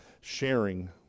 sharing